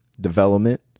development